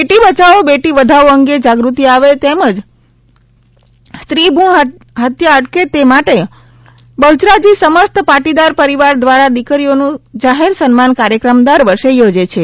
બેટી બચાવો બેટી વધાવો અંગે જાગૃતિ આવે તેમજ સ્ત્રીભુણ હત્યા અટકે તે માટે બહ્યરાજી સમસ્ત પાટીદાર પરિવાર દ્વારા દીકરીઓનું જાહેર સન્માન કાર્યક્રમ દર વર્ષે યોજે છે